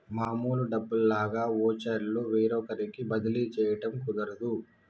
మామూలు డబ్బుల్లాగా వోచర్లు వేరొకరికి బదిలీ చేయడం కుదరదు